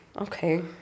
okay